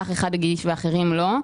שאח אחד הגיש ואחרים לא.